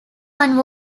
one